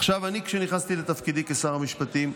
עכשיו, כשנכנסתי לתפקידי כשר המשפטים,